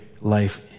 life